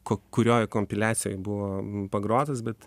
ku kurioj kompiliacijoj buvo pagrotas bet